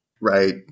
Right